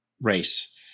Race